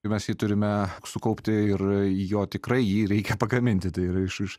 mes jį turime sukaupti ir jo tikrai jį reikia pagaminti tai yra iš iš